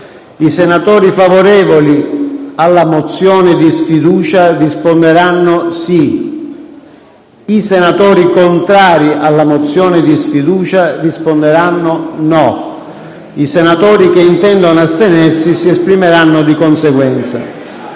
I senatori favorevoli alla mozione di sfiducia risponderanno sì; i senatori contrari risponderanno no; i senatori che intendono astenersi si esprimeranno di conseguenza.